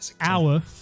Hour